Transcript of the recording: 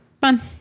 Fun